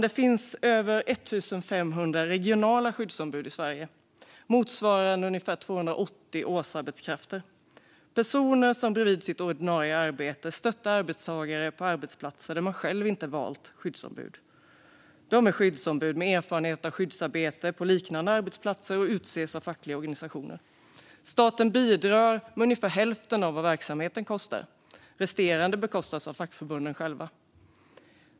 Det finns över 1 500 regionala skyddsombud i Sverige, motsvarande cirka 280 årsarbetskrafter. Det är personer som bredvid sitt ordinarie arbete stöttar arbetstagare på arbetsplatser som själva inte valt något skyddsombud. De är skyddsombud med erfarenhet av skyddsarbete på liknande arbetsplatser och utses av fackliga organisationer. Staten bidrar med ungefär hälften av vad verksamheten kostar. Resterande bekostas av fackförbunden själva.